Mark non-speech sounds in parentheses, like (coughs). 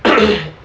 (coughs)